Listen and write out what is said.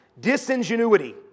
disingenuity